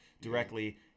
directly